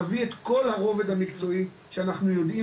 נביא את כל הרובד המקצועי שאנחנו יודעים